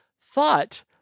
thought